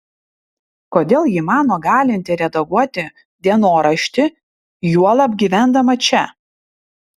kodėl ji mano galinti redaguoti dienoraštį juolab gyvendama čia